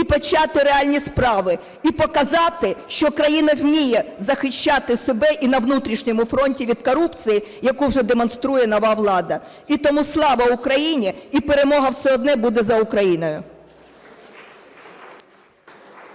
і почати реальні справи, і показати, що країна вміє захищати себе і на внутрішньому фронті від корупції, яку вже демонструє нова влада. І тому - слава Україні! І перемога все одна буде за Україною.